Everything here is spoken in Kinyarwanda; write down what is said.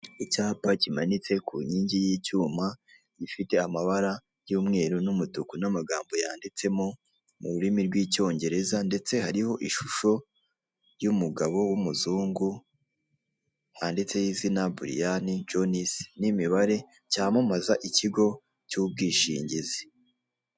Icyapa kimanitse ku nkingi y'icyuma, ifite amabara y'umweru n'umutuku, n'amagambo yanditsemo mu rurimi rw'icyongereza, ndetse hariho ishusho y'umugabo w'umuzungu, handitseho izina Brian Jones, n'imibare, cyamamaza ikigo cy'ubwishingizi.